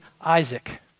Isaac